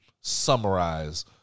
summarize